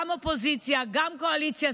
גם אופוזיציה וגם קואליציה.